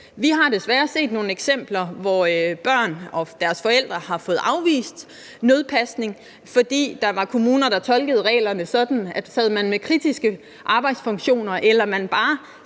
Vi har desværre set nogle eksempler, hvor børn og deres forældre har fået afvist nødpasning, fordi der var kommuner, der tolkede reglerne sådan, at sad man med kritiske arbejdsfunktioner eller bare